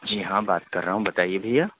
جی ہاں بات کر رہا ہوں بتائیے بھیا